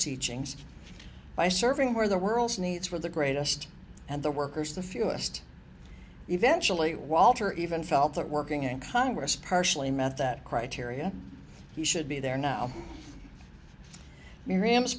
teachings by serving where the world's needs were the greatest and the workers the fewest eventually walter even felt that working in congress partially meant that criteria should be there now m